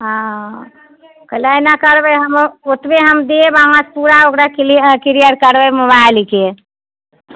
ओ कहलहुँ एना करबै हम ओतबे हम देब अहाँकेँ पूरा ओकरा क्लीयर करबै मोबाइलके